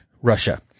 Russia